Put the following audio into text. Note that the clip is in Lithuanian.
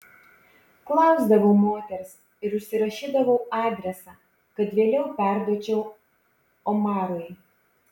klausdavau moters ir užsirašydavau adresą kad vėliau perduočiau omarui